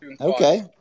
Okay